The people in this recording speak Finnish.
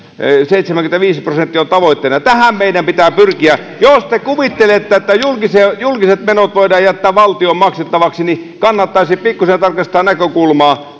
seitsemänkymmentäviisi prosenttia on tavoitteena tähän meidän pitää pyrkiä jos te kuvittelette että julkiset menot voidaan jättää valtion maksettavaksi niin kannattaisi pikkuisen tarkastaa näkökulmaa